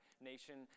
nation